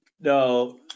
No